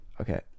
Okay